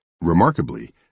Remarkably